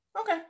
Okay